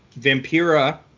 Vampira